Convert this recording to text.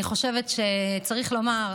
אני חושבת שצריך לומר,